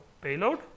payload